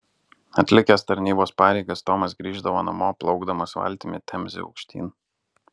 atlikęs tarnybos pareigas tomas grįždavo namo plaukdamas valtimi temze aukštyn